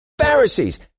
Pharisees